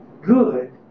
good